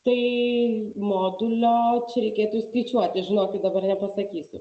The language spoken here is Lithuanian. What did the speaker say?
tai modulio čia reikėtų įskaičiuoti žinokit dabar nepasakysiu